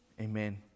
Amen